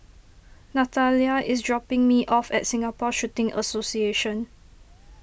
Nathalia is dropping me off at Singapore Shooting Association